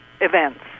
events